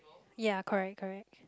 ya correct correct